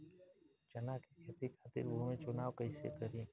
चना के खेती खातिर भूमी चुनाव कईसे करी?